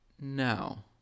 now